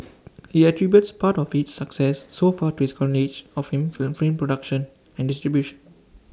he attributes part of its success so far to his knowledge of him of film production and distribution